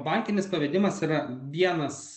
bankinis pavedimas yra vienas